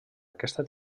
aquesta